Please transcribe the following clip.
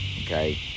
okay